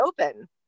open